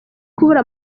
kubura